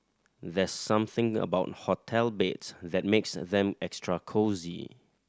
there's something about hotel beds that makes them extra cosy